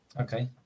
Okay